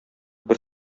бер